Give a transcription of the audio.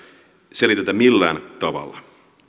selitetä millään tavalla